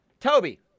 Toby